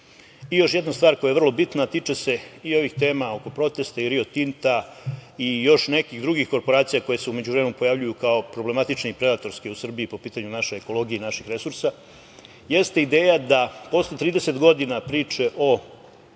jedna stvar koja je vrlo bitna, a tiče se i ovih tema oko protesta i Rio Tinta i još nekih drugih korporacija koje se u međuvremenu pojavljuju kao problematični i predatorski u Srbiji po pitanju naše ekologije i naših resursa jeste ideja da posle 30 godina priče o